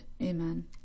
Amen